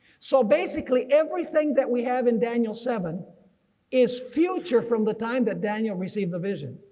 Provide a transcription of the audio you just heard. so basically everything that we have in daniel seven is future from the time that daniel received the vision.